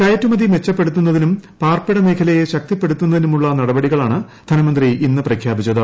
കയറ്റുമതി മെച്ചപ്പെടുത്തുന്നതിനും പാർപ്പിട മേഖലയെ ശക്തിപ്പെടുത്തുന്നതിനുമുള്ള ് നടപടികളാണ് ധനമന്ത്രി ഇന്ന് പ്രഖ്യാപിച്ചത്